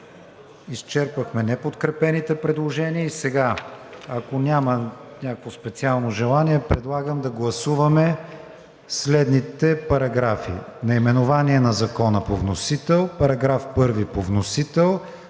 изчерпахме неподкрепените предложения. И сега, ако няма някакво специално желание, предлагам да гласуваме следните параграфи: